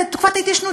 תקופת ההתיישנות,